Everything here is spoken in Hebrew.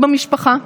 זכרה לברכה,